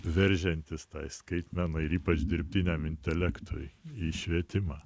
veržiantis tai skaitmenai ir ypač dirbtiniam intelektui į švietimą